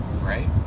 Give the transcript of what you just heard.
right